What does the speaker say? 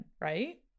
right